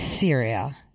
Syria